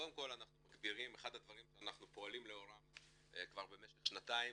קודם כל אחד הדברים שאנחנו פועלים לאורם כבר במשך שנתיים,